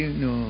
no